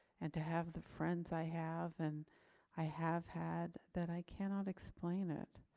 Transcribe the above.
and to have the friends i have and i have had that i cannot explain it.